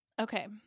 okay